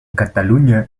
cataluña